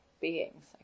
beings